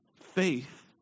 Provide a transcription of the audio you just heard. Faith